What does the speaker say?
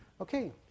Okay